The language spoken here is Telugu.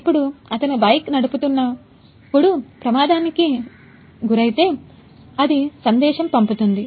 ఇప్పుడు అతను బైక్ నడుపుతున్నప్పుడు ప్రమాదానికి గురైతే అది సందేశం పంపుతుంది